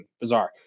Bizarre